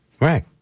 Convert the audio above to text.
Right